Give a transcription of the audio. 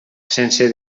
sense